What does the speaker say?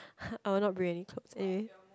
I will not bring any clothes eh